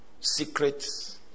secrets